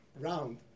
round